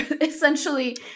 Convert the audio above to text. essentially-